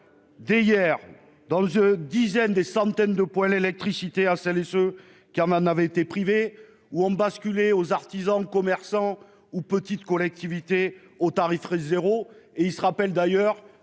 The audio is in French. dès hier, procédé à des centaines de distributions d'électricité à celles et ceux qui en avaient été privés ou ont basculé les artisans, commerçants ou petites collectivités au tarif zéro. Ils se rappellent, d'ailleurs,